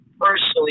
personally